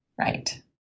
right